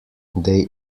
they